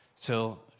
till